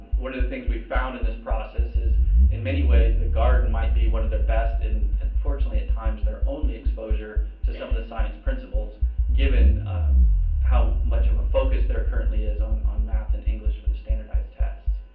one of the things we've found in this process, is in many ways, the garden might be one of their best, and, and fortunately at times, their only exposure to some of the science principals given how much of a focus there currently is on on math and english for the standardized test.